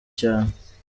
cyane